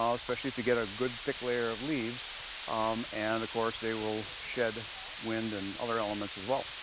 um especially if you get a good, thick layer of leaves um and of course, they will shed wind and other elements as well.